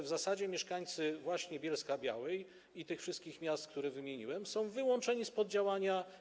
W zasadzie mieszkańcy Bielska-Białej i tych wszystkich miast, które wymieniłem, są wyłączeni spod działania.